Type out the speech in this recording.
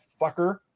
fucker